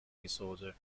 disorder